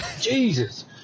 Jesus